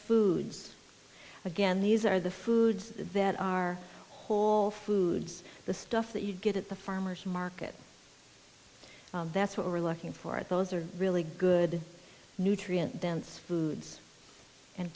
foods again these are the foods that are whole foods the stuff that you get at the farmer's market that's what we're looking for at those are really good nutrient dense foods and